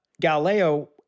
Galileo